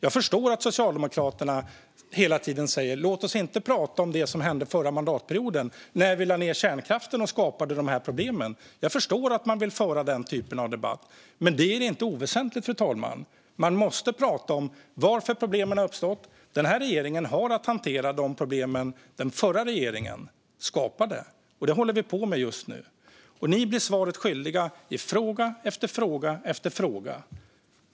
Jag förstår att Socialdemokraterna hela tiden säger: Låt oss inte prata om det som hände förra mandatperioden när vi lade ned kärnkraften och skapade de här problemen! Jag förstår att man vill föra den typen av debatt. Men, fru talman, det här är inte oväsentligt. Man måste prata om varför problemen har uppstått. Den här regeringen har att hantera de problem som den förra regeringen skapade, och det håller vi på med just nu. Ni blir svaret skyldiga i fråga efter fråga.